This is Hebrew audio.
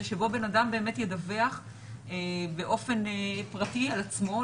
שבו בן אדם באמת ידווח באופן פרטי על עצמו,